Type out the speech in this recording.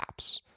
apps